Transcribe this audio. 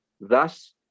thus